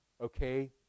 okay